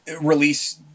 release